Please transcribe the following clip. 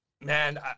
man